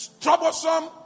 troublesome